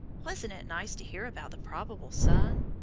wasn't it nice to hear about the probable son?